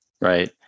right